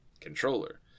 controller